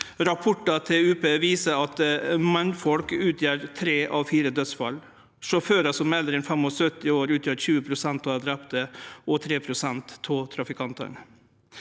Rapporten til UP viser at mannfolk utgjer tre av fire dødsfall. Sjåførar som er eldre enn 75 år, utgjer 20 pst. av dei drepne og 3 pst. av trafikantane.